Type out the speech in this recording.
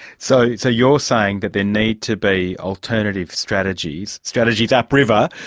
so so you're saying that there need to be alternative strategies, strategies up-river,